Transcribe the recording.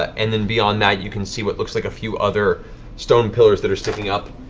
and then beyond that you can see what looks like a few other stone pillars that are sticking up.